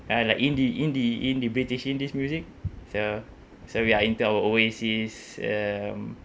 uh like indie indie indie british indies music so so we are into our oasis um